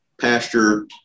pasture